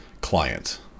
client